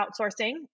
outsourcing